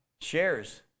shares